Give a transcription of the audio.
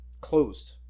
Closed